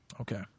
Okay